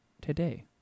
today